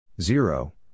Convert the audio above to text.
Zero